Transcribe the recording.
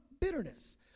Bitterness